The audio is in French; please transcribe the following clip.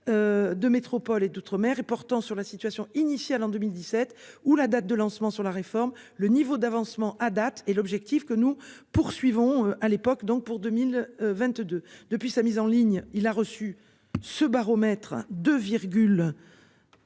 De métropole et d'outre-mer et portant sur la situation initiale en 2017 ou la date de lancement sur la réforme. Le niveau d'avancement à date et l'objectif que nous poursuivons. À l'époque donc pour 2022 depuis sa mise en ligne il a reçu ce baromètre 2